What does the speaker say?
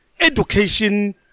education